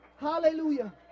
Hallelujah